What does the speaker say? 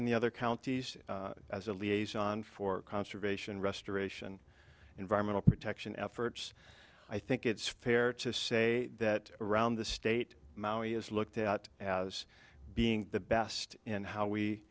in the other counties as a liaison for conservation restoration environmental protection efforts i think it's fair to say that around the state maui is looked at as being the best in how we